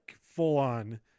full-on